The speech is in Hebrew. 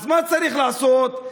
אז מה צריך לעשות?